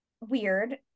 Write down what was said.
weird